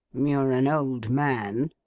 you're an old man